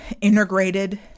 integrated